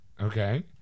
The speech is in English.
Okay